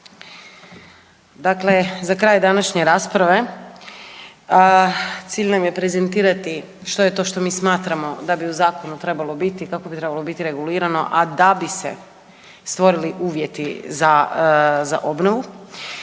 Dakle, za kraj današnje rasprave cilj nam je prezentirati što je to što mi smatramo da bi u zakonu trebalo biti, kako bi trebalo biti regulirano, a da bi se stvorili uvjeti za obnovu.